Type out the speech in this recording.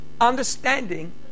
understanding